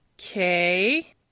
Okay